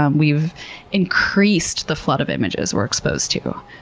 um we've increased the flood of images we're exposed to.